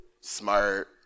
smart